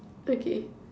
okay